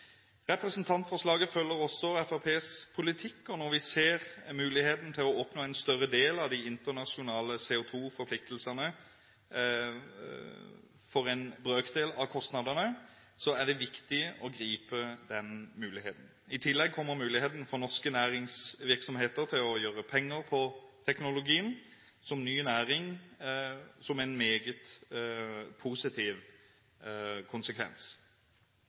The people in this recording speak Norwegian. Representantforslaget følger også Fremskrittspartiets politikk. Når vi ser muligheten til å oppnå en større del av de internasjonale CO2-forpliktelsene for en brøkdel av kostnadene, er det viktig å gripe den muligheten. I tillegg kommer muligheten for norsk næringsvirksomhet til å gjøre penger på teknologien som ny næring, som en meget positiv konsekvens.